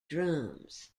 drums